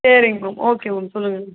சரிங்க ma'am okay ma'am சொல்லுங்கள்